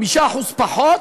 5% פחות?